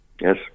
Yes